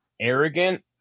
arrogant